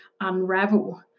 unravel